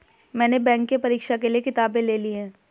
मैने बैंक के परीक्षा के लिऐ किताबें ले ली हैं